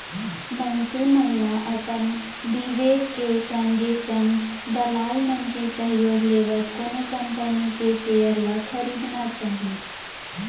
मनसे मन ल अपन बिबेक के संगे संग दलाल मन के सहयोग लेवत कोनो कंपनी के सेयर ल खरीदना चाही